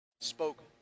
spoke